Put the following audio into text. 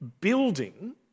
building